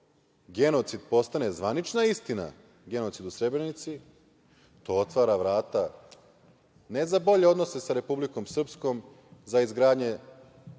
genocid postane zvanična istina, genocid u Srebrenici, to otvara vrata, ne za bolje odnose sa Republikom Srpskom, za izgradnje